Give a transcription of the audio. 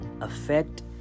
affect